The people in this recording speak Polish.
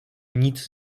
nic